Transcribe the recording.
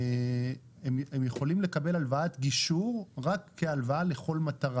הם יכולים לקבל הלוואת גישור רק כהלוואה לכל מטרה.